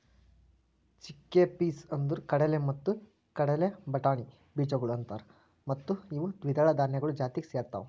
chickpeas ಅಂದುರ್ ಕಡಲೆ ಮತ್ತ ಕಡಲೆ ಬಟಾಣಿ ಬೀಜಗೊಳ್ ಅಂತಾರ್ ಮತ್ತ ಇವು ದ್ವಿದಳ ಧಾನ್ಯಗಳು ಜಾತಿಗ್ ಸೇರ್ತಾವ್